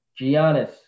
Giannis